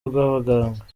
rw’abaganga